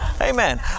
Amen